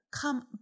Come